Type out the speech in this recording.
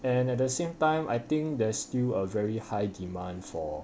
and at the same time I think there's still a very high demand for